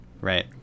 right